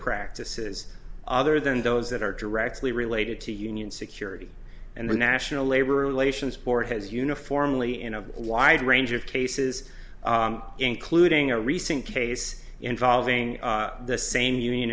practices other than those that are directly related to union security and the national labor relations board has uniformly in a wide range of cases including a recent case involving the same union